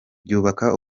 byubaka